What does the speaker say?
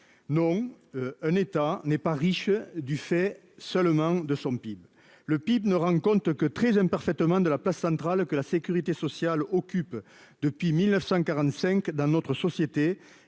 Non un État n'est pas riche du fait seulement de son PIB, le PIB ne rencontre que très imparfaitement de la place centrale, que la sécurité sociale occupe depuis 1945 dans notre société